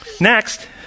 Next